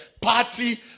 party